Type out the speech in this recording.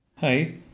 Hi